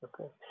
okay